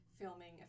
filming